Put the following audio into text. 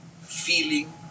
feeling